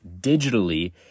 digitally